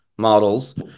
models